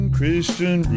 Christian